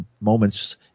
moments